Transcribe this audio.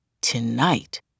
tonight